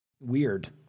weird